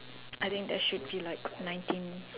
I think that should be like nineteen